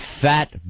fat